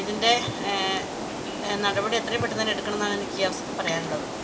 ഇതിൻ്റെ നടപടി എത്രയും പെട്ടന്ന് തന്നെ എടുക്കണം എന്നാണ് എനിക്ക് അവസരത്തിൽ പറയാനുള്ളത്